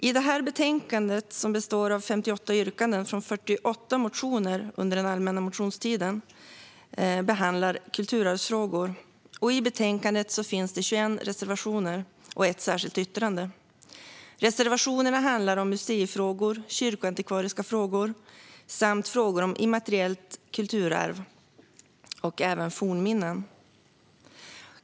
I betänkandet behandlas 58 yrkanden från 48 motioner från den allmänna motionstiden som handlar om kulturarvsfrågor. I betänkandet finns 21 reservationer och ett särskilt yttrande. Reservationerna handlar om museifrågor, kyrkoantikvariska frågor samt frågor om immateriellt kulturarv och även fornminnen.